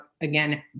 again